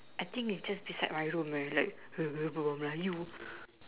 I think it's just beside my room eh like berbual melayu